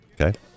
Okay